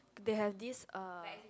they have this uh